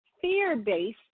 Fear-based